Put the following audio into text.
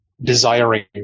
desiring